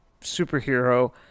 superhero